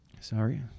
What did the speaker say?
sorry